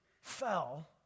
fell